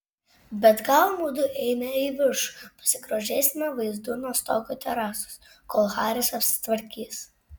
bet gal mudu eime į viršų pasigrožėsime vaizdu nuo stogo terasos kol haris apsitvarkys